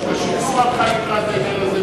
רשות השידור הלכה לקראת העניין הזה,